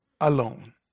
alone